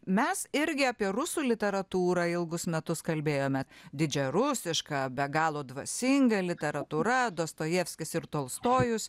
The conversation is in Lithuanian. mes irgi apie rusų literatūrą ilgus metus kalbėjome didžiarusiška be galo dvasinga literatūra dostojevskis ir tolstojus